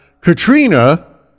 Katrina